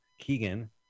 Keegan